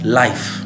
life